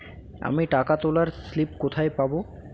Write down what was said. আমি টাকা তোলার স্লিপ কোথায় পাবো?